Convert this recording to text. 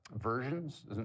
versions